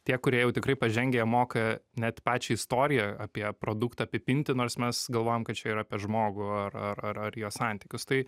tie kurie jau tikrai pažengę jie moka net pačią istoriją apie produktą apipinti nors mes galvojam kad čia yra apie žmogų ar ar ar ar jo santykius tai